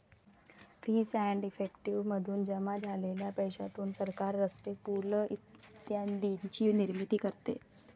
fees and effective मधून जमा झालेल्या पैशातून सरकार रस्ते, पूल इत्यादींची निर्मिती करते